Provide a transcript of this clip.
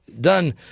Done